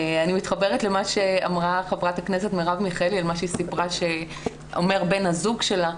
אני מתחברת למה שאמרה חברת הכנסת מרב מיכאלי על מה שאומר בן הזוג שלה.